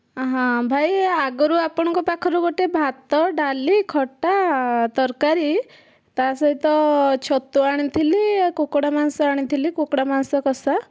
ହଁ ଭାଇ ଆଗରୁ ଆପଣଙ୍କ ପାଖରୁ ଗୋଟେ ଭାତ ଡାଳି ଖଟା ତରକାରୀ ତା'ସହିତ ଛତୁ ଆଣିଥିଲି ଆଉ କୁକୁଡ଼ା ମାଂସ ଆଣିଥିଲି କୁକୁଡ଼ା ମାଂସ କଷା